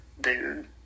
dude